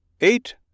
Eight